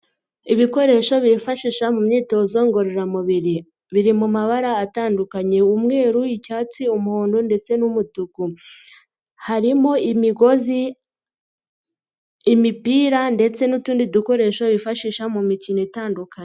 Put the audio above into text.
Ibikoresho bifashisha mu myitozo ngororamubiri. Biri mu mabara atandukanye, umweru, icyatsi, umuhondo ndetse n'umutuku. Harimo imigozi, imipira ndetse n'utundi dukoresho bifashisha mu mikino itandukanye.